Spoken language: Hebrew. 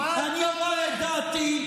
אני אומר את דעתי,